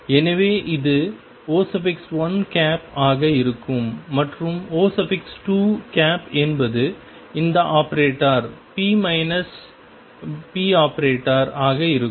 எனவே இது O1 ஆக இருக்கும் மற்றும் O2 என்பது இந்த ஆபரேட்டர் p ⟨p⟩ ஆக இருக்கும்